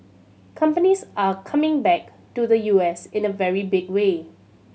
companies are coming back to the U S in a very big way